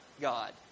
God